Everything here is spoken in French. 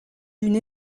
d’une